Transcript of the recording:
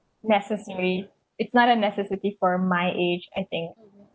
necessary it's not a necessity for my age I think